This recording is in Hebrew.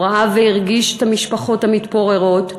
הוא ראה והרגיש את המשפחות המתפוררות,